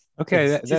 Okay